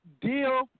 deal